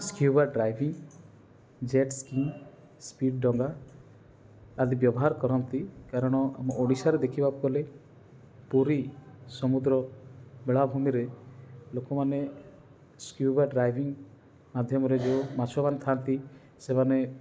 scuba driving jet skiing speed ଡଙ୍ଗା ଆଦି ବ୍ୟବହାର କରନ୍ତି କାରଣ ଆମ ଓଡ଼ିଶାରେ ଦେଖିବାକୁ ଗଲେ ପୁରୀ ସମୁଦ୍ର ବେଳାଭୂମିରେ ଲୋକମାନେ ସକ୍ୟୁବା ଡ୍ରାଇଭିଙ୍ଗ ମାଧ୍ୟମରେ ଯେଉଁ ମାଛମାନେ ଥାଆନ୍ତି ସେମାନେ